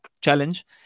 challenge